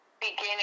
beginning